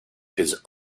his